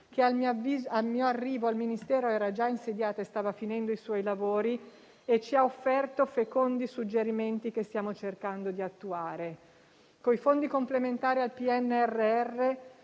che al mio arrivo al Ministero era già insediata e stava finendo i suoi lavori. Essa ci ha offerto fecondi suggerimenti, che stiamo cercando di attuare. Con i fondi complementari del PNRR